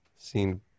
seen